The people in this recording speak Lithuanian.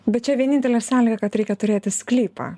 bet čia vienintelė sąlyga kad reikia turėti sklypą